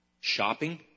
Shopping